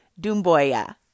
Dumboya